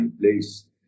place